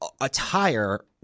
attire